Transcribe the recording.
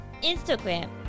Instagram